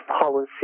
policy